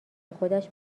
خودش